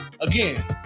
Again